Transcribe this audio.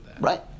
Right